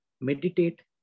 meditate